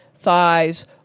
thighs